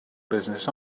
business